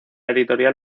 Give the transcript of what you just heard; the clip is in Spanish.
editorial